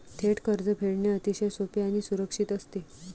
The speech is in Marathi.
थेट कर्ज फेडणे अतिशय सोपे आणि सुरक्षित असते